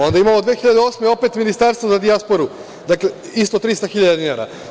Onda imamo 2008. godine opet Ministarstvo za dijasporu isto 300 hiljada dinara.